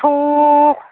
एथ'